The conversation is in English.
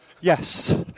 Yes